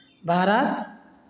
Bharat